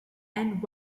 and